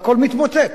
והכול מתמוטט.